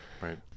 right